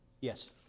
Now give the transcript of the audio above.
Yes